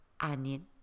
onion